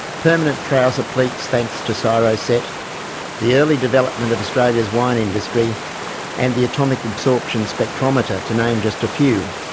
permanent trouser pleats thanks to siroset, the early development of australia's wine industry and the atomic absorption spectrometer to name just a few.